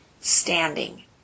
standing